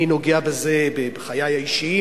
אני נוגע בזה בחיי האישיים,